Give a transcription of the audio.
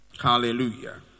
Hallelujah